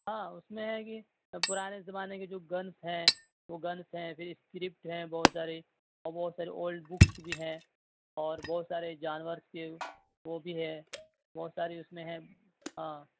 ہاں اس میں یہ ہے کہ سب پرانے زمانے کے جو گنز ہیں وہ گنز ہیں پھر اسکرپٹ ہیں بہت ساری اور بہت سارے اولڈ بکس بھی ہیں اور بہت سارے جانور کے وہ بھی ہے بہت سارے اس میں ہیں ہاں